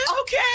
Okay